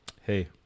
hey